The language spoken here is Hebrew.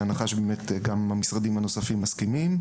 בהנחה שגם המשרדים הנוספים מסכימים.